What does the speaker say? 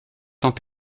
temps